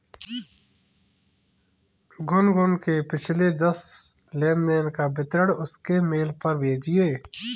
गुनगुन के पिछले दस लेनदेन का विवरण उसके मेल पर भेजिये